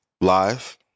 live